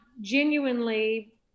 genuinely